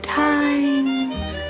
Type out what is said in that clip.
times